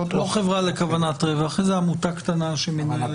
חברה לכוונת רווח, איזה עמותה קטנה שמנוהלת.